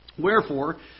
wherefore